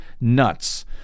nuts